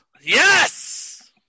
Yes